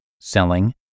selling